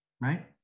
Right